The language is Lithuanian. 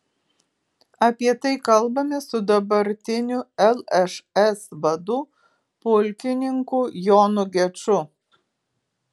apie tai kalbamės su dabartiniu lšs vadu pulkininku jonu geču